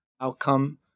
outcome